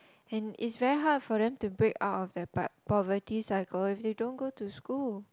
and it's very hard for them to break out their po~ poverty cycle if they don't go to school